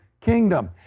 kingdom